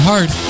Hard